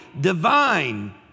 divine